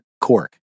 cork